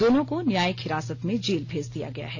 दोनों को न्यायिक हिरासत में जेल भेज दिया गया है